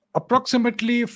Approximately